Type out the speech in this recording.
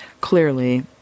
clearly